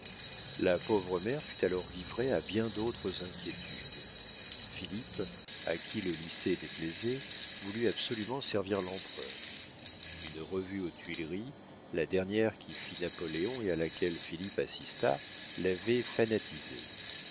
la pauvre mère fut alors livrée à bien d'autres inquiétudes philippe à qui le lycée déplaisait voulut absolument servir l'empereur une revue aux tuileries la dernière qu'y fit napoléon et à laquelle philippe assista l'avait fanatisé